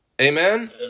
Amen